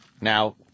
Now